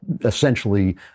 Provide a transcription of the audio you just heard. essentially